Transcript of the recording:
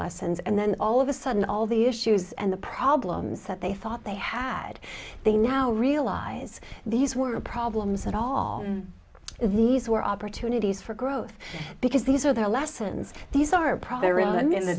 lessons and then all of a sudden all the issues and the problems that they thought they had they now realize these weren't problems at all these were opportunities for growth because these are their lessons these are